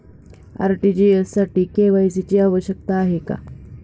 RTGS साठी KYC ची आवश्यकता आहे का?